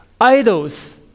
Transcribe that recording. idols